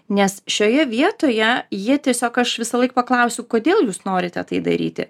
nes šioje vietoje jie tiesiog aš visąlaik paklausiu kodėl jūs norite tai daryti